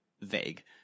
vague